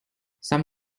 some